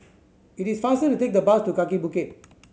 it is faster to take the bus to Kaki Bukit